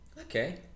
okay